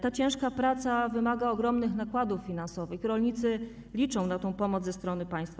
Ta ciężka praca wymaga ogromnych nakładów finansowych i rolnicy liczą na pomoc ze strony państwa.